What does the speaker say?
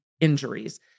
injuries